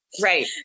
right